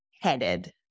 headed